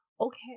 Okay